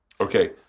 Okay